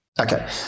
Okay